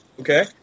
okay